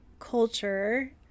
culture